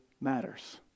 matters